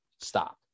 Stop